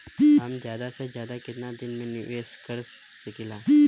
हम ज्यदा से ज्यदा केतना दिन के निवेश कर सकिला?